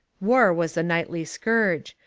war was a nightly scourge.